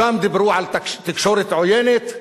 שם דיברו על תקשורת עוינת.